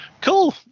cool